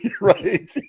right